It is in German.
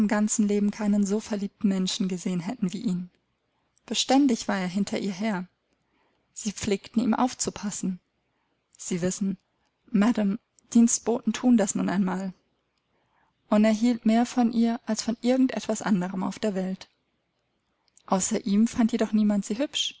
ganzen leben keinen so verliebten menschen gesehen hätten wie ihn beständig war er hinter ihr her sie pflegten ihm aufzupassen sie wissen madam dienstboten thun das nun einmal und er hielt mehr von ihr als von irgend etwas anderem auf der welt außer ihm fand jedoch niemand sie hübsch